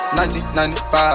1995